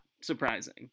surprising